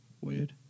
Weird